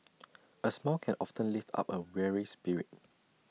A smile can often lift up A weary spirit